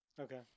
Okay